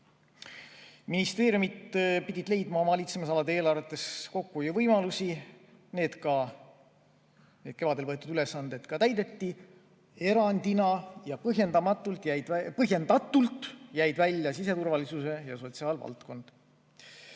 Ministeeriumid pidid leidma oma valitsemisalade eelarvetes kokkuhoiuvõimalusi. Need kevadel võetud ülesanded täideti. Erandina ja põhjendatult jäid välja siseturvalisus ja sotsiaalvaldkond.